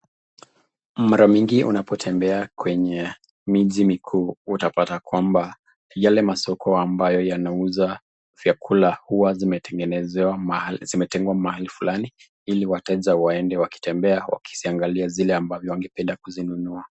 Mara mingi unapotembea kwenye miji mikuu, utapata kwamba, yale masoko ambayo yanauza vyakula huwa zimetengwa mahali fulani, ili wateja waende wakitembea, wakiziangalia zile ambavyo wangependa kuzinunua.